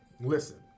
listen